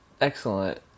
excellent